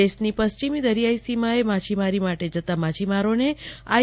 દેશની પશ્ચિમી દરિયાઈ સીમાએ માછીમારી માટે જતા માછીમારોને આઈ